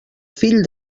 fill